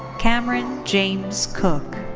cameron james cook.